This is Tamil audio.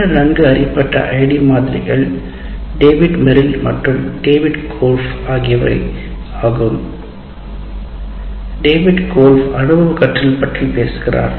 இரண்டு நன்கு அறியப்பட்ட ஐடி மாதிரிகள் டேவிட் மெரில் மற்றும் டேவிட் கோல்ப் ஆகியவை ஆகும் டேவிட் கோல்ப் அனுபவக் கற்றல் பற்றி பேசுகிறார்